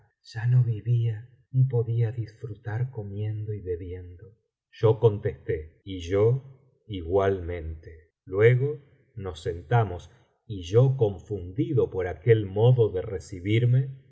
ya no vivía ni podía disfrutar comiendo y bebiendo yo contesté y yo igualmente luego nos sentamos y yo confundido por aquel modo ele recibirme